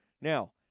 Now